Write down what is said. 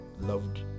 loved